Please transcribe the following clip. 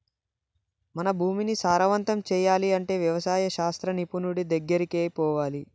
మన భూమిని సారవంతం చేయాలి అంటే వ్యవసాయ శాస్త్ర నిపుణుడి దెగ్గరికి పోవాలి